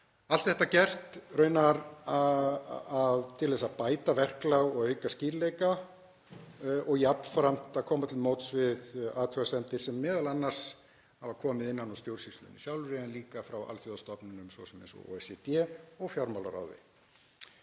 Allt þetta er raunar gert til að bæta verklag og auka skýrleika og jafnframt að koma til móts við athugasemdir sem m.a. hafa komið innan úr stjórnsýslunni sjálfri en líka frá alþjóðastofnunum, eins og OECD og fjármálaráði.